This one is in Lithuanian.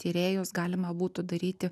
tyrėjus galima būtų daryti